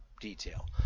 detail